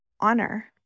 honor